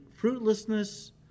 fruitlessness